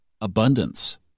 abundance